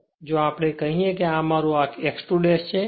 તેથી જો આપણે કહીએ કે આ મારું x 2 છે